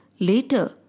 Later